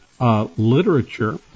literature